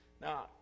Now